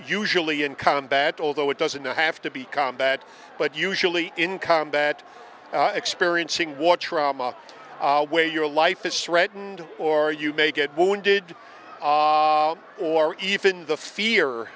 usually in combat although it doesn't have to be combat but usually in combat experiencing what trauma where your life is threatened or you may get wounded or even the fear